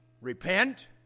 Repent